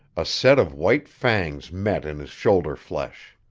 a set of white fangs met in his shoulder-flesh.